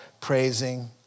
praising